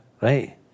right